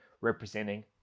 representing